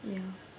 ya